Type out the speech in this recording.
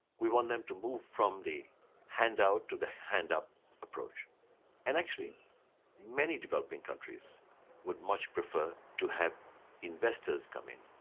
we want them to move from the hand out, to the hand up approach and actually many developing countries would much prefer to have investors come in,